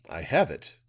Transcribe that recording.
i have it,